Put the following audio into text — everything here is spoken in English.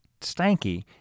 stanky